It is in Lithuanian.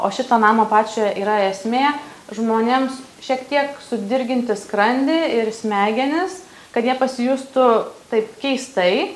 o šito namo pačio yra esmė žmonėms šiek tiek sudirginti skrandį ir smegenis kad jie pasijustų taip keistai